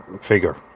figure